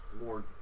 more